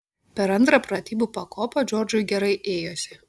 per antrą pratybų pakopą džordžui gerai ėjosi